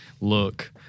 look